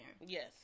Yes